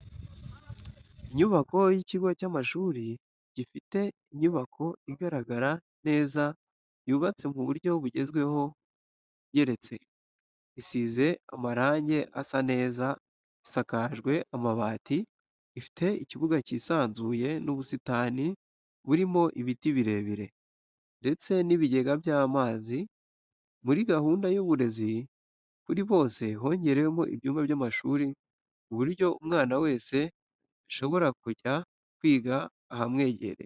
Inyubako y'ikigo cy'amashuri, gifite inyubako igaragara neza yubatse mu buryo bugezweho igeretse, isize amarange asa neza, isakajwe amabati, ifite ikibuga cyisanzuye n'ubusitani burimo ibiti birebire, ndetse n'ibigega by'amazi. Muri gahunda y'uburezi kuri bose hongerewe ibyumba by'amashuri ku buryo umwana wese ashobora kujya kwiga ahamwegereye.